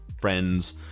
friends